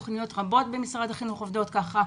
יש תוכניות רבות במשרד החינוך שעובדות כך,